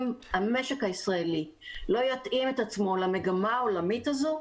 אם המשק הישראלי לא יתאים עצמו למגמה העולמית הזו,